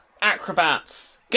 acrobats